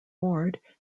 ward